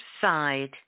side